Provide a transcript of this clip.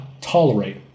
tolerate